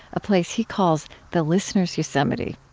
a place he calls the listener's yosemite.